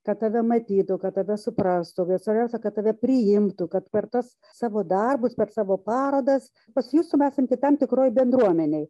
kad tave matytų kad tave suprastų bet svarbiausia kad tave priimtų kad per tuos savo darbus per savo parodas pasijustum esanti tam tikroj bendruomenėj